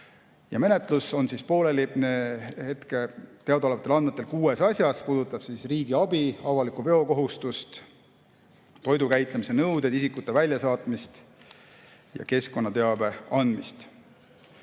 Menetlus on pooleli hetkel teadaolevatel andmetel kuues asjas, puudutab see riigiabi, avalikku veokohustust, toidukäitlemise nõudeid, isikute väljasaatmist ja keskkonnateabe andmist.